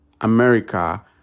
America